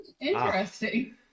Interesting